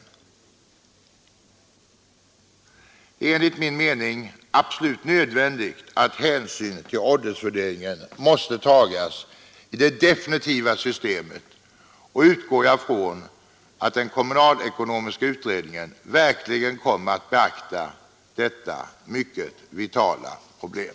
Det är enligt min mening absolut nödvändigt att hänsyn till åldersfördelningen tas vid det definitiva systemet. Jag utgår från att den kommunalekonomiska utredningen verkligen kommer att beakta detta mycket vitala problem.